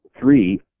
three